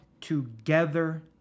together